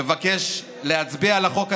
מבקש להצביע על החוק הזה,